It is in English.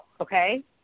okay